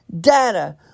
data